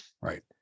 right